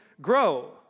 grow